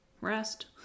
rest